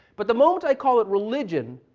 but the moment i call it religion,